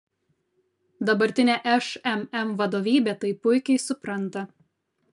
dabartinė šmm vadovybė tai puikiai supranta